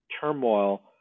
turmoil